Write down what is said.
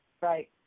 Right